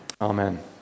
Amen